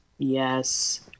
Yes